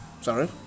Sorry